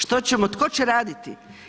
Što ćemo, tko će raditi?